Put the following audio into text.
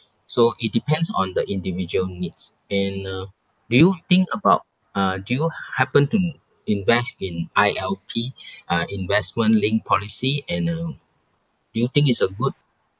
so it depends on the individual needs and uh do you think about uh do you happen to invest in I_L_P uh investment linked policy and uh do you think it's a good